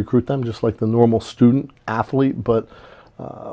recruit them just like the normal student athlete but